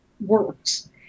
works